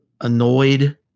annoyed